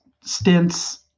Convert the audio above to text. stints